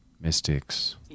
mystics